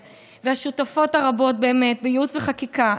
השותפות הרבות באמת בייעוץ וחקיקה,